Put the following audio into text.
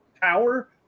power